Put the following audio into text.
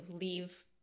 leave